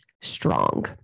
strong